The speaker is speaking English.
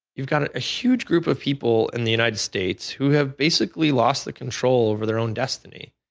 you've got a huge group of people in the united states who have basically lost the control over their own destiny,